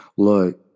Look